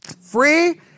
free